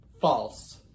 False